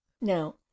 Now